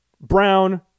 Brown